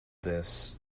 this